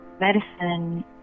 Medicine